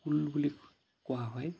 কুল বুলি কোৱা হয়